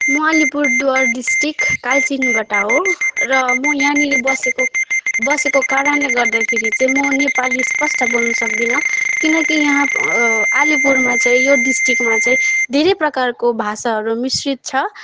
म अलिपुरद्वार डिस्ट्रिक्ट कालचिनीबाट हो र म यहाँनिर बसेको बसेको कारणले गर्दाखेरि चाहिँ म नेपाली स्पष्ट बोल्न सक्दिनँ किनकि यहाँ अलिपुरमा चाहिँ यो डिस्ट्रिक्टमा चाहिँ धेरै प्रकारको भाषाहरू मिश्रित छ